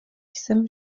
jsem